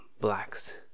blacks